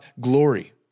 glory